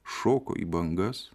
šoko į bangas